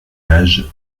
âge